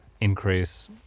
increase